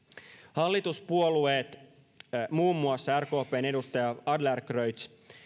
hallituspuolueet muun muassa rkpn edustaja adlercreutz